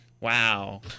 wow